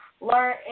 learn